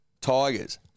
Tigers